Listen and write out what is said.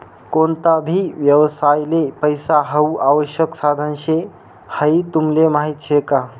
कोणता भी व्यवसायले पैसा हाऊ आवश्यक साधन शे हाई तुमले माहीत शे का?